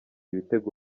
ibitego